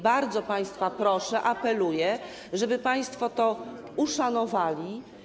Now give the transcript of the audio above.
Bardzo państwa proszę, apeluję, żeby państwo to uszanowali.